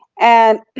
and